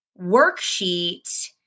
worksheet